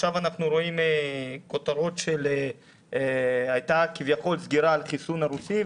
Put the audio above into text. עכשיו אנחנו רואים כותרות שהייתה כביכול סגירה על החיסון הרוסי,